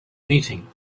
meeting